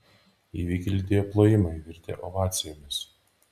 įvykį lydėjo plojimai virtę ovacijomis